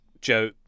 Joe